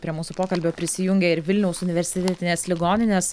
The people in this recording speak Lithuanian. prie mūsų pokalbio prisijungia ir vilniaus universitetinės ligoninės